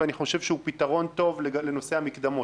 ואני חושב שהוא פתרון טוב לנושא המקדמות.